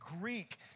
Greek